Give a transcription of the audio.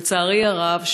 לצערי הרב,